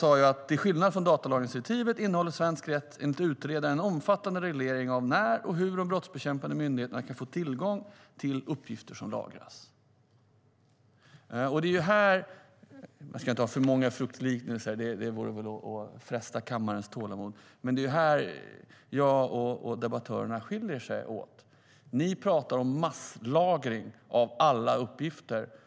Man ska inte ha för många fruktliknelser. Det vore att fresta på kammarens tålamod. Men det är här som jag och debattörerna skiljer oss åt. Ni talar om masslagring av alla uppgifter.